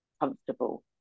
comfortable